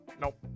nope